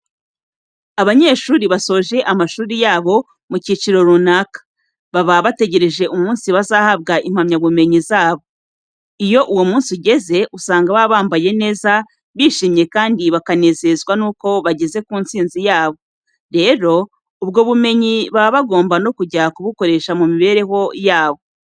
Abanyeshuri basoje amashuri yabo mu cyiciro runaka, baba bategereje umunsi bazahabwa impamyabumenyi zabo. Iyo uwo munsi ugeze, usanga baba bambaye neza, bishimye kandi bakanezezwa nuko bageze ku ntsinzi yabo. Rero, ubwo bumenyi baba bagomba no kujya kubukoresha mu mibereho yabo.